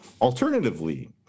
Alternatively